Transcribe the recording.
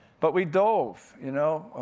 but we dove, you know.